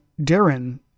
Darren